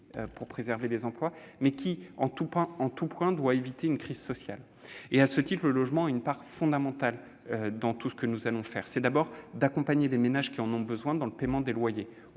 pour préserver les emplois, mais il s'agit aussi d'éviter une crise sociale. À ce titre, le logement a une part fondamentale dans tout ce que nous allons faire. Nous allons d'abord accompagner les ménages qui en ont besoin pour payer leurs loyers.